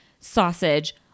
sausage